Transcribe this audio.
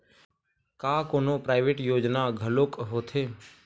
का कोनो प्राइवेट योजना घलोक होथे?